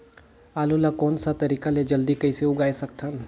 आलू ला कोन सा तरीका ले जल्दी कइसे उगाय सकथन?